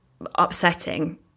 upsetting